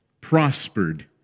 prospered